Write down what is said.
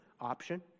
option